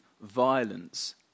violence